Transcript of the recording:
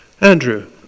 Andrew